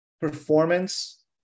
performance